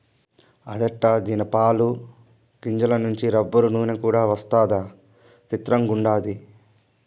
అదెట్టా దీని పాలు, గింజల నుంచి రబ్బరు, నూన కూడా వస్తదా సిత్రంగుండాది